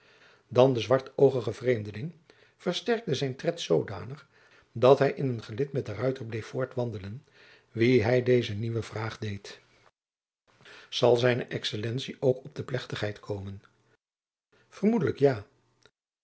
dan de zwartoogige vreemdeling versterkte zijn tred zoodanig dat hij in een gelid met den ruiter bleef voortwandelen wien hij deze nieuwe vraag deed zal zijne excellentie ook op de plechtigheid komen vermoedelijk ja